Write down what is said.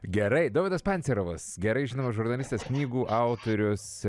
gerai dovydas pancerovas gerai žinomas žurnalistas knygų autorius